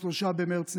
3 במרץ,